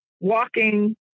walking